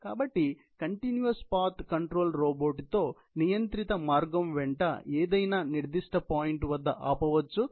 కాబట్టి continuous path control robot తో నియంత్రిత మార్గం వెంట ఏదైనా నిర్దిష్ట పాయింట్ వద్ద ఆపవచ్చు